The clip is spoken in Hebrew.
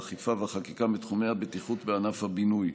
האכיפה והחקיקה בתחומי הבטיחות בענף הבינוי.